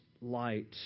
light